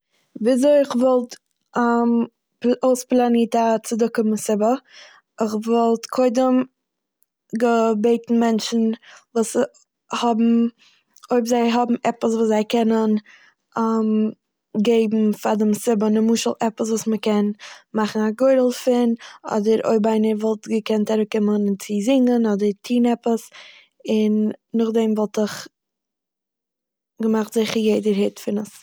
וויזוי כ'וואלט אויספלאנירט א צדקה מסיבה. כ'וואלט קודם געבעטן מענטשן וואס האבן- אויב זיי האבן עפעס וואס זיי קענען געבן פאר די מסיבה נמשל עפעס וואס מ'קען מאכן א גורל פון אדער אויב איינער וואלט געקענט אראפקומען צו זונגען אדער טוהן עפעס, און נאכדעם וואלט איך געמאכט זיכער יעדער הערט פון עס.